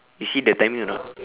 you see the timing or not